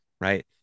Right